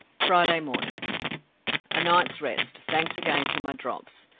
friday morning a night's rest, thanks again to my drops.